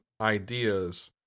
ideas